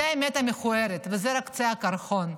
זאת האמת המכוערת וזה רק קצה הקרחון.